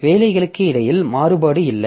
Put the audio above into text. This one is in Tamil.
வேலைகளுக்கு இடையில் மாறுபாடு இல்லை